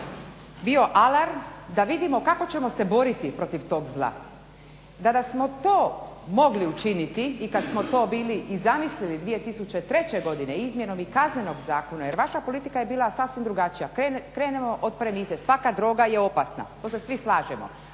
bio alarm da vidimo kako ćemo se boriti protiv tog zla. Da smo to mogli učini i kad smo to bili i zamislili 2003. godine izmjenom i Kaznenog zakona, jer vaša politika je bila sasvim drugačija. Krenemo od premise svaka droga je opasna. To se svi slažemo.